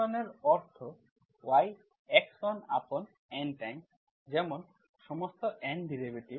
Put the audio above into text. x1 এর অর্থ y x1 আপন N টাইমস যেমন সমস্ত N ডেরিভেটিভস